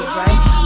right